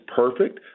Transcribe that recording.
perfect